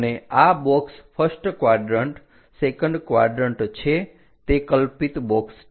અને આ box first quadrant second quadrant છે તે કલ્પિત બોક્સ છે